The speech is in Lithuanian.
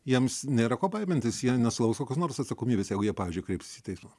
jiems nėra ko baimintis jie nesulauks kokios nors atsakomybės jeigu jie pavyzdžiui kreipsis į teismą